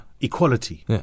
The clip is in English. equality